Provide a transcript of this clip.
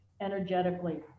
energetically